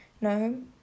No